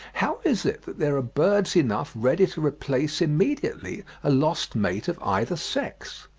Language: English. how is it that there are birds enough ready to replace immediately a lost mate of either sex?